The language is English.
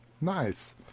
Nice